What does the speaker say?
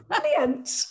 Brilliant